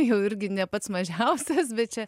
jau irgi ne pats mažiausias bet čia